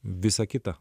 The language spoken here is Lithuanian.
visą kitą